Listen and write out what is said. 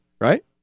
Right